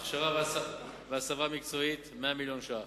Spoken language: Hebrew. הכשרה והסבה מקצועית, 100 מיליון ש"ח,